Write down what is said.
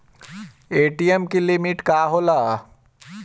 ATM की limit का होला?